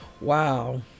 Wow